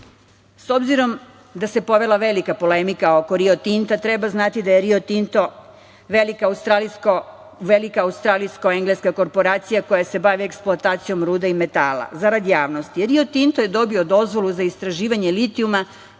obzirom da se povela velika polemika oko "Rio Tinta", treba znati da je "Rio Tinto" velika australijsko-engleska korporacija koja se bavi eksploatacijom rude i metala. Zarad javnosti, "Rio Tinto" je dobio dozvolu za istraživanje litijuma